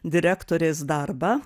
direktorės darbą